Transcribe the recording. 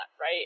Right